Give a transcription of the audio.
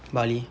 bali